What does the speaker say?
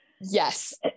Yes